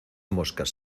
moscas